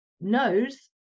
knows